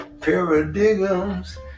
Paradigms